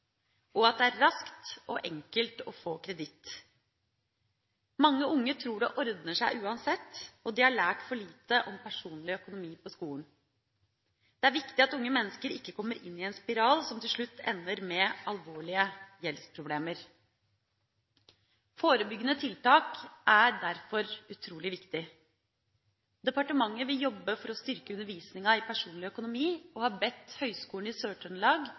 og at det er raskt og enkelt å få kreditt. Mange unge tror «det ordner seg» uansett, og de har lært for lite om personlig økonomi på skolen. Det er viktig at unge mennesker ikke kommer inn i en spiral som til slutt ender med alvorlige gjeldsproblemer. Forebyggende tiltak er derfor utrolig viktig. Departementet vil jobbe for å styrke undervisninga i personlig økonomi og har bedt Høgskolen i